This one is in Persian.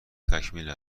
تکمیل